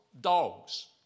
dogs